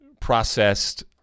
processed